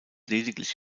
lediglich